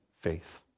faith